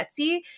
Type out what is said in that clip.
Etsy